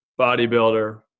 bodybuilder